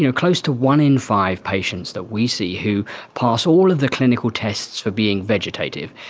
you know close to one in five patients that we see who pass all of the clinical tests for being vegetative,